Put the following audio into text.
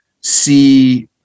see